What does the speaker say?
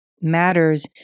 matters